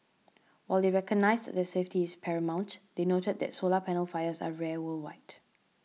while they recognised that safety is paramount they noted that solar panel fires are rare worldwide